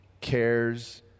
cares